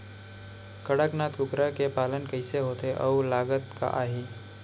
कड़कनाथ कुकरा के पालन कइसे होथे अऊ लागत का आही?